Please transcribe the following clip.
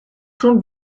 schon